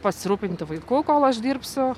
pasirūpinti vaiku kol aš dirbsiu